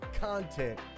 content